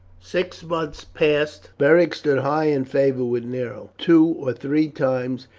six months passed. beric stood high in favour with nero. two or three times,